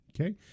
Okay